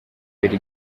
mbere